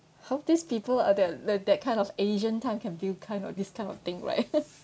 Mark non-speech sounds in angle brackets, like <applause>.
how these people uh they like that kind of asian time can build kind of this kind of thing right <laughs>